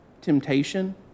temptation